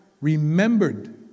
remembered